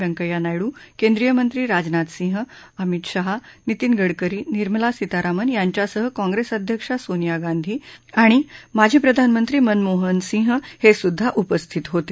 व्यंकय्या नायडू केंद्रीय मंत्री राजनाथ सिंह अमित शाह नितिन गडकरीनिर्मला सीतारामन यांच्यासह काँप्रेस अध्यक्षा सोनिया गांधी आणि माजी प्रधानमंत्री मनमोहन सिंग हे सुद्वा उपस्थित होते